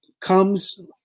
comes